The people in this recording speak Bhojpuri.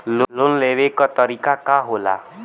लोन लेवे क तरीकाका होला?